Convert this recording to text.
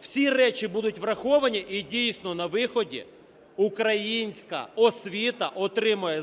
всі речі будуть враховані. І, дійсно, на виході українська освіта отримає